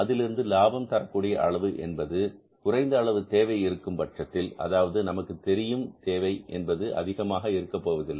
அதிலிருந்து லாபம் தரக்கூடிய அளவு என்பது குறைந்த அளவு தேவை இருக்கும் பட்சத்தில் அதாவது நமக்கு தெரியும் தேவை என்பது அதிகமாக இருக்கப் போவதில்லை